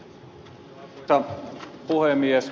arvoisa puhemies